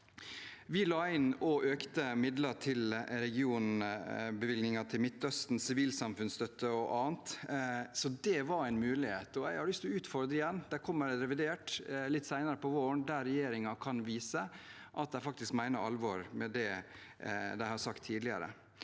Vi la også inn økte midler til regionbevilgninger til Midtøsten, sivilsamfunnsstøtte og annet, så det var en mulighet. Jeg har lyst til å utfordre igjen: Det kommer et revidert budsjett litt senere, på våren, der regjeringen kan vise at de faktisk mener alvor med det de har sagt tidligere.